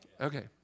Okay